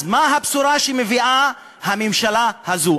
אז מה הבשורה שמביאה הממשלה הזאת?